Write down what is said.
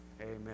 amen